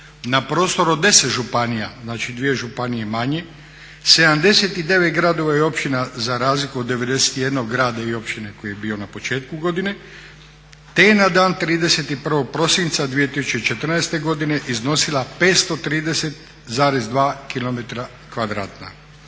na prostoru od 10 županija, znači 2 županije mane, 79 gradova i općina za razliku od 91 grada i općine koji je bio na početku godine, te na dan 31.prosinca 2014.godine iznosila 530,3 km